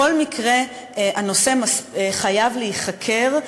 בכל מקרה הנושא חייב להיחקר,